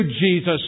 Jesus